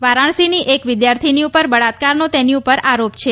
વારાણસીની એક વિદ્યાર્થીની પર બળાત્કારનો તેની પર આરોપ છે